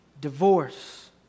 divorce